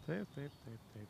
taip taip taip taip